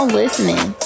listening